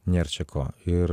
nėr čia ko ir